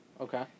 Okay